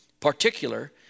particular